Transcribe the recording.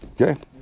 Okay